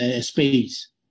space